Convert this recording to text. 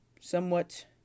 somewhat